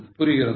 புரிகிறதா